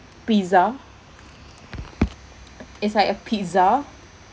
pizza is like a pizza